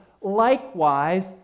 likewise